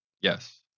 Yes